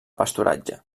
pasturatge